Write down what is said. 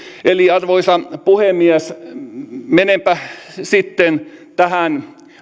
arvoisa puhemies menenpä sitten tähän